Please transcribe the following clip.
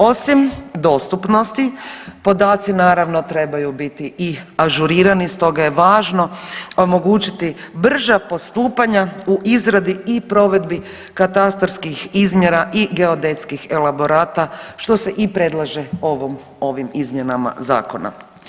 Osim dostupnosti podaci naravno trebaju biti i ažurirani, stoga je važno omogućiti brža postupanja u izradi i provedbi katastarskih izmjera i geodetskih elaborata, što se i predlaže ovom, ovim izmjenama zakona.